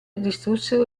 distrussero